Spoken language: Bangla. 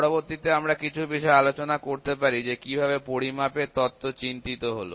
পরবর্তীতে আমরা কিছু বিষয়ে আলোচনা করতে পারি যে কিভাবে পরিমাপ এর তত্ত্ব চিন্তিত হলো